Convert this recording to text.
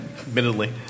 admittedly